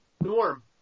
Norm